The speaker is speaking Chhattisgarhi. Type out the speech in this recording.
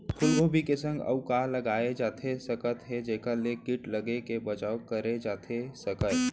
फूलगोभी के संग अऊ का लगाए जाथे सकत हे जेखर ले किट लगे ले बचाव करे जाथे सकय?